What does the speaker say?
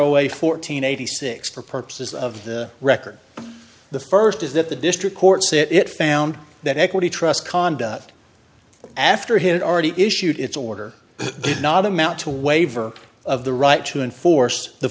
a fourteen eighty six for purposes of the record the first is that the district courts it found that equity trust conduct after he had already issued its order did not amount to waiver of the right to enforce the